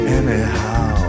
anyhow